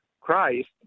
Christ